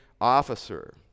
officer